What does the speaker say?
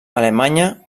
alemanya